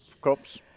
crops